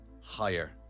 Higher